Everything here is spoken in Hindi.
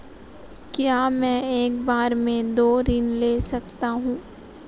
क्या मैं एक बार में दो ऋण ले सकता हूँ?